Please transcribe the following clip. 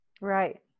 Right